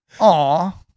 aw